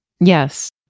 Yes